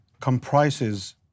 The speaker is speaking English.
comprises